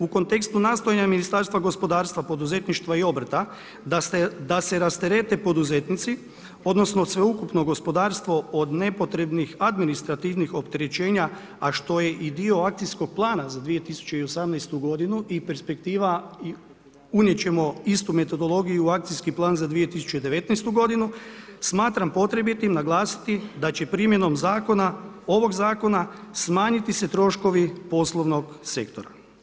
U kontekstu nastojanja Ministarstva gospodarstva, poduzetništva i obrta da se rasterete poduzetnici, odnosno sveukupno gospodarstvo od nepotrebnih administrativnih opterećenja a što je i dio akcijskog plana za 2018. godinu i perspektiva i unijet ćemo istu metodologiju i u akcijski plan za 2019. godinu, smatram potrebiti naglasiti da će primjenom ovog zakona smanjiti se troškovi poslovnog sektora.